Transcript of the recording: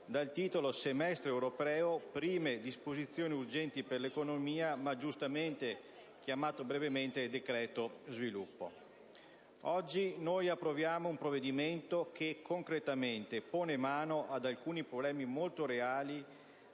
dal titolo: «Semestre europeo - Prime disposizioni urgenti per l'economia», ma giustamente definito brevemente decreto sviluppo. Oggi approviamo un provvedimento che concretamente pone mano ad alcuni problemi molto reali